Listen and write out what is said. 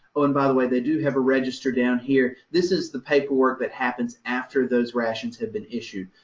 oh, and by the way, they do have a register down here. this is the paperwork that happens after those rations have been issued.